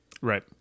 right